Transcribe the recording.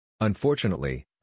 Unfortunately